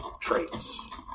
traits